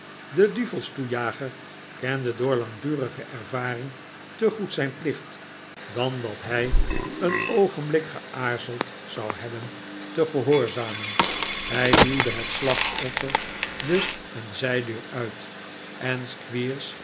de duvelstoejager kende door langdurige ervaring te goed zijn plicht dan dat hij een oogenblik geaarzeld zou hebben te gehoorzamen hij duwde het slachtoffer dus een zijdeur uit en